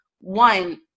one